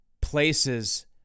places